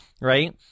Right